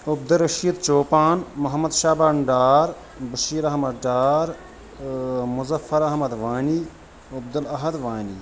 Abdul Rashid Chopan Mohammad Shaban Dar Bashir Ahmad Dar Muzaffar Ahmad Wani Abdul Ahad Wani